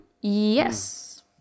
Yes